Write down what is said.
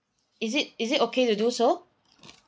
is it is it okay to do so